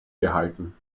gehalten